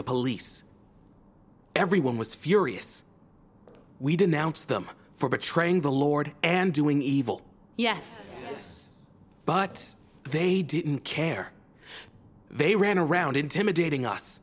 the police everyone was furious we denounce them for betraying the lord and doing evil yes but they didn't care they ran around intimidating us